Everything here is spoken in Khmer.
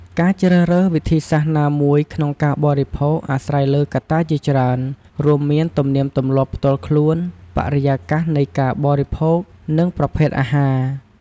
ការជ្រើសរើសវិធីសាស្ត្រណាមួយក្នុងការបរិភោគអាស្រ័យលើកត្តាជាច្រើន រួមមានទំនៀមទម្លាប់ផ្ទាល់ខ្លួន បរិយាកាសនៃការបរិភោគ និងប្រភេទអាហារ។